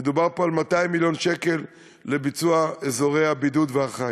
מדובר פה על 200 מיליון שקלים לביצוע אזורי הבידוד והחיץ,